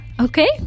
okay